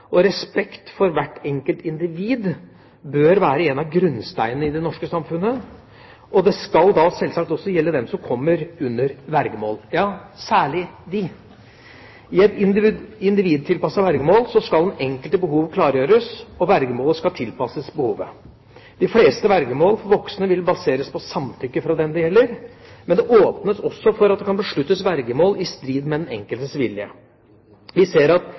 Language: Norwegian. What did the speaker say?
Respekt for hvert enkelt individ bør være en av grunnsteinene i det norske samfunnet, og det skal da sjølsagt også gjelde dem som kommer under vergemål – ja særlig dem. I et individtilpasset vergemål skal den enkeltes behov klargjøres, og vergemålet skal tilpasses behovet. De fleste vergemål for voksne vil baseres på samtykke fra den det gjelder, men det åpnes også for at det kan besluttes vergemål i strid med den enkeltes vilje. Vi ser at